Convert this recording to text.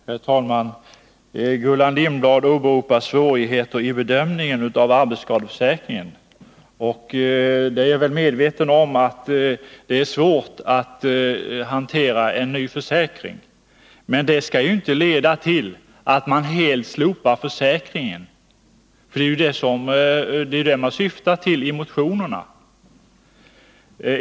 Herr talman! Gullan Lindblad åberopar svårigheter vid bedömningen av arbetsskadeförsäkringen. Jag är medveten om att det är svårt att hantera en ny försäkring. Men det skall inte leda till att man helt slopar försäkringen — det är ju det man syftar till i motionerna.